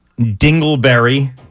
Dingleberry